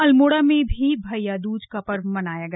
अल्मोड़ा में भी भैया दुज का पर्व मनाया गया